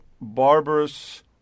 barbarous